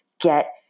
get